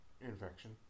Infection